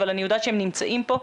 אבל אני יודעת שהם נמצאים פה,